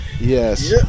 Yes